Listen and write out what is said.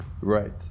right